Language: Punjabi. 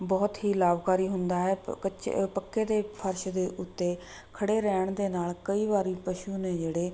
ਬਹੁਤ ਹੀ ਲਾਭਕਾਰੀ ਹੁੰਦਾ ਹੈ ਪ ਕੱਚੇ ਪੱਕੇ ਦੇ ਫਰਸ਼ ਦੇ ਉੱਤੇ ਖੜ੍ਹੇ ਰਹਿਣ ਦੇ ਨਾਲ ਕਈ ਵਾਰ ਪਸ਼ੂ ਨੇ ਜਿਹੜੇ